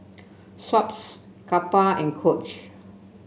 Schweppes Kappa and Coach